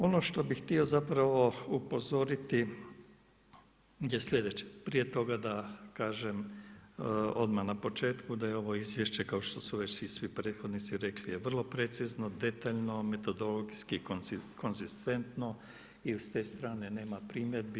Ono što bih htio zapravo upozoriti je slijedeće, prije toga da kažem odmah na početku da je ovo izvješće kao što su već i svi prethodnici rekli je vrlo precizno, detaljno, metodologijski konzistentno i s te strane nema primjedbi.